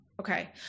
Okay